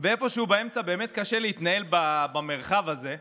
ואיפשהו באמצע באמת קשה להתנהל במרחב הזה.